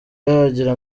yagira